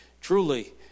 Truly